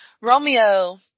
Romeo